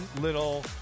little